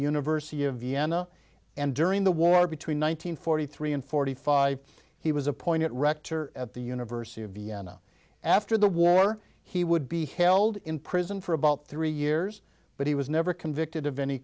university of vienna and during the war between one nine hundred forty three and forty five he was appointed rector at the university of vienna after the war he would be held in prison for about three years but he was never convicted of any